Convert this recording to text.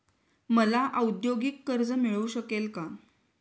मला औद्योगिक कर्ज मिळू शकेल का?